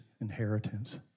inheritance